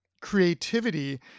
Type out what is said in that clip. creativity